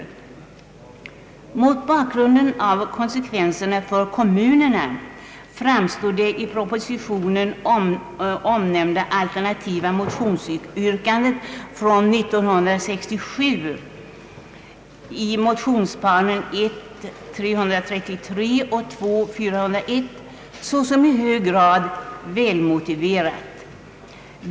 Mot bakgrunden av konsekvenserna för kommunerna framstår det i propositionen omnämnda alternativa motionsyrkandet från 1967 i motionsparet I: 333 och II: 401 såsom i hög grad välmotiverat.